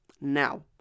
Now